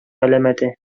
галәмәте